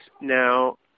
now